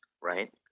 right